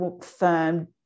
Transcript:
firm